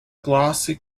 glossy